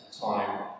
time